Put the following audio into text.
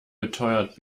beteuert